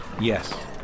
Yes